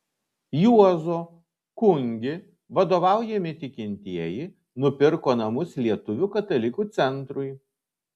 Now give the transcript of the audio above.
juozo kungi vadovaujami tikintieji nupirko namus lietuvių katalikų centrui